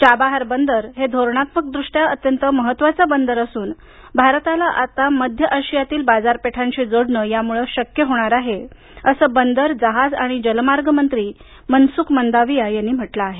Chabahar बंदर हे धोरणात्मक दृष्ट्या अत्यंत महत्त्वाचे बंदर असून भारताला आता मध्य आशियातील बाजारपेठांशी जोडणं शक्य होणार आहे असं बंदर जहाज आणि जलमार्ग मंत्री मनसुख मंदावीया यांनी म्हटलं आहे